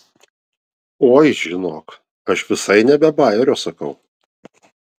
oi žinok aš visai ne be bajerio sakau